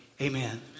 Amen